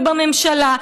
ובממשלה,